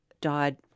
died